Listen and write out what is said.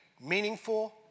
meaningful